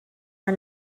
are